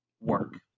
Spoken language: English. work